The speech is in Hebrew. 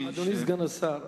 אדוני סגן השר,